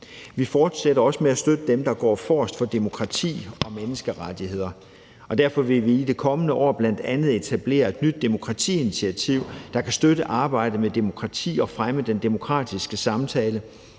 Vi fortsætter også med at støtte dem, der går forrest for demokrati og menneskerettigheder. Derfor vil vi i det kommende år bl.a. etablere et nyt demokratiinitiativ, der kan støtte arbejdet med demokrati og fremme den demokratiske samtale,